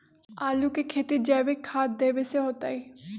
आलु के खेती जैविक खाध देवे से होतई?